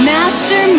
Master